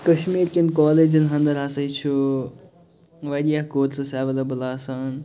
کَشمیٖر کٮ۪ن کالجَن انٛدر ہسا چھُ واریاہ کورسٕز ایٚویلبٕل آسان